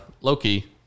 Loki